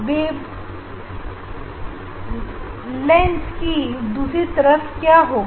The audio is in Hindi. वेवलेट की दूसरी तरफ क्या आएगा